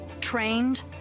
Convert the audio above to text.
trained